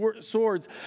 swords